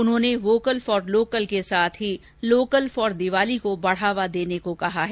उन्होंने vocal for local के साथ ही लोकल फॉर दीवाली को बढ़ावा देने को कहा है